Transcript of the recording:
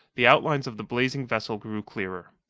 the outlines of the blazing vessel grew clearer.